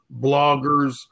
bloggers